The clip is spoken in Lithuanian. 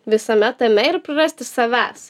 visame tame ir prarasti savęs